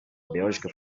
bélgica